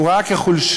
הוא ראה כחולשה,